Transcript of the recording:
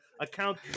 account